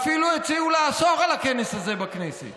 אפילו הציעו לאסור את הכנס הזה בכנסת.